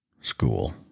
school